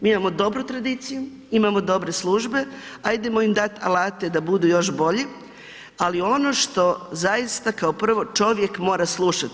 Mi imamo dobru tradiciju, imamo dobre službe ajdemo im dati alate da budu još bolji, ali ono što zaista kao prvo čovjek mora slušati.